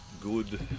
good